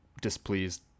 displeased